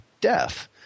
death